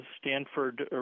Stanford